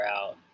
out